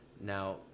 Now